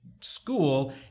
school